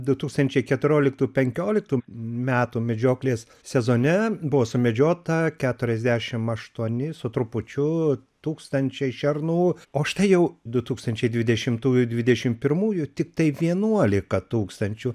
du tūkstančiai keturioliktų penkioliktų metų medžioklės sezone buvo sumedžiota keturiasdešim aštuoni su trupučiu tūkstančiai šernų o štai jau du tūkstančiai dvidešimtųjų dvidešim pirmųjų tiktai vienuolika tūkstančių